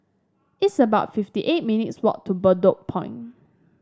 it's about fifty eight minutes' walk to Bedok Point